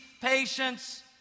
patience